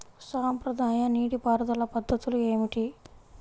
సాంప్రదాయ నీటి పారుదల పద్ధతులు ఏమిటి?